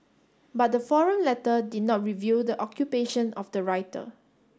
but the forum letter did not reveal the occupation of the writer